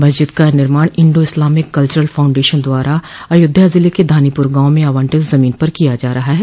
मस्जिद का निर्माण इंडो इस्लामिक कल्वरल फाउंडेशन द्वारा अयोध्या जिले के धानीपुर गांव में आवंटित जमीन पर किया जा रहा है